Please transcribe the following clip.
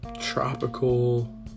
tropical